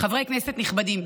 חברי כנסת נכבדים,